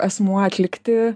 asmuo atlikti